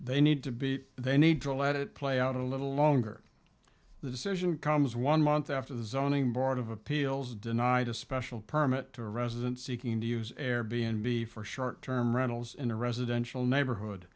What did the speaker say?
they need to be they need to let it play out a little longer the decision comes one month after the zoning board of appeals denied a special permit to residents seeking to use air b n b for short term rentals in a residential neighborhood